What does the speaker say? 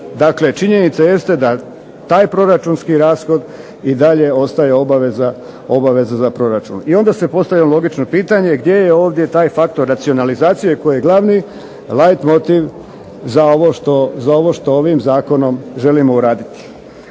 činjenica jeste da taj proračunski rashod i dalje ostaje obaveza za proračun. I onda se postavlja logično pitanje gdje je ovdje taj faktor racionalizacije koji je glavni leit motiv za ovo što ovim zakonom želimo uraditi.